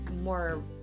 more